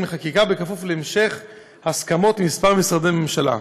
לחקיקה בכפוף להמשך הסכמות עם כמה משרדי ממשלה.